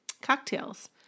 cocktails